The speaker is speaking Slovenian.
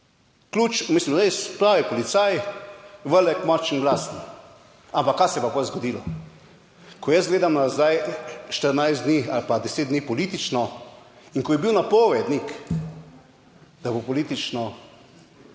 Ključ, mislim, res pravi policaj, velik, močan glasni, ampak kaj se je pa potem zgodilo? Ko jaz gledam nazaj 14 dni ali pa deset dni politično, in ko je bil napovednik da bo politično